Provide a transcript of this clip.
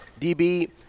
DB